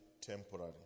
temporary